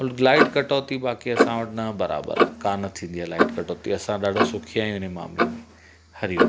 light कटोती बाक़ी असां वटि न बराबरि आहे कान थींदी आहे लाइट कटोती असां असां ॾाढो सुखी आहियूं इन मामले में हरिओम